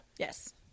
Yes